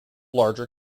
larger